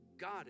God